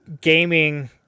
gaming